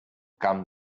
camp